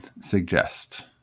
suggest